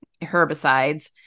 herbicides